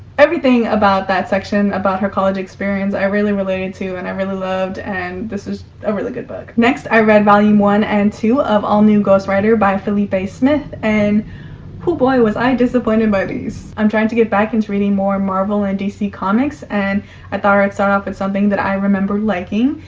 everything about that section about her college experience i really related to and i really loved, and this was a really good book. next i read volume one and two of all-new ghost rider by philippe smith, and whoo boy was i disappointed by these. i'm trying to get back into reading more marvel and dc comics and i thought i'd start off with something that i remember liking,